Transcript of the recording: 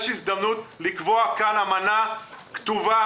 יש הזדמנות לקבוע כאן אמנה כתובה,